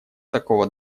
такого